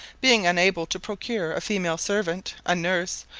being unable to procure a female servant, a nurse,